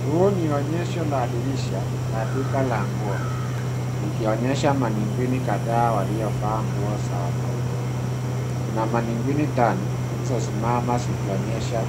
Huu ni onyesho la dirisha, la duka la nguo, likionyesha mannequinne kadhaa waliovaa nguo za wanaume. Kuna mannequine tano zilizo simama zikionyesha